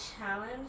challenge